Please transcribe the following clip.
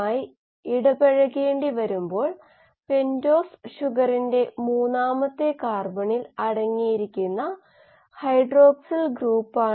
അതിനാൽ എടിപി അധികം എഡിപി എന്ന അനുപാതം ചിലപ്പോൾ എഎംപി യും ഇവിടെ ചേർക്കുന്നു പക്ഷേ നമുക്ക് ഇവ രണ്ടും നോക്കാം കോശ ഊർജ്ജ നിലയെ സൂചിപ്പിക്കുന്നതിന് എടിപിയെ എറ്റിപി അധികം എഡിപി കൊണ്ട് ഹരിക്കുന്നു